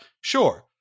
Sure